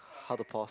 how to pause